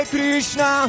Krishna